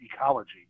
ecology